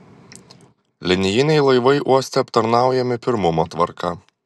linijiniai laivai uoste aptarnaujami pirmumo tvarka